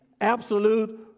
absolute